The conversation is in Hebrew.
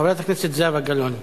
חברת הכנסת זהבה גלאון.